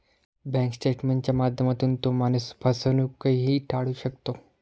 bank स्टेटमेंटच्या माध्यमातून तो माणूस फसवणूकही टाळू शकतो